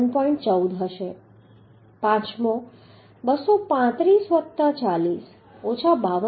14 હશે પછી પાંચમો 235 વત્તા 40 ઓછા 52